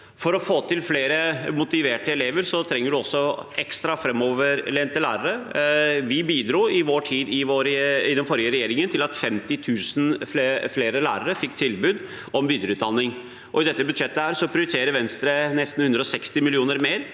For å få flere motiverte elever trenger man også ekstra framoverlente lærere. Vi bidro i vår tid i den forrige regjeringen til at rundt 50 000 flere lærere fikk tilbud om videreutdanning. I dette budsjettet prioriterer Venstre nesten 160 mill. kr mer